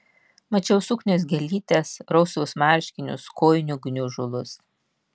mačiau suknios gėlytes rausvus marškinius kojinių gniužulus